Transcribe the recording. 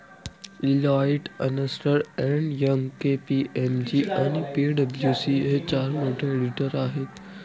Deloitte, अस्न्टर and Young, KPMG आणि पी.डब्ल्यू.सी हे चार मोठे ऑडिटर आहेत